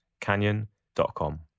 canyon.com